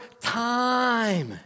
time